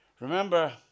Remember